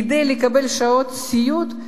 כדי לקבל שעות סיעוד,